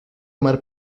mar